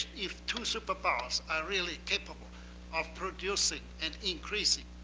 if two superpowers are really capable of producing and increasing